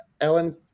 Ellen